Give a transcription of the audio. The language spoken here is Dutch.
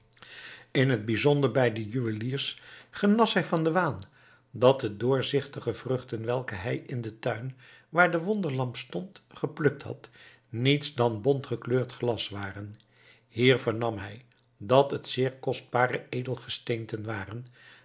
in het bizonder bij de juweliers genas hij van den waan dat de doorzichtige vruchten welke hij in den tuin waar de wonderlamp stond geplukt had niets dan bontgekleurd glas waren hier vernam hij dat het zeer kostbare edelgesteenten waren